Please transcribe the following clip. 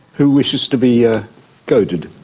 who wishes to be ah goaded?